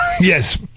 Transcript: Yes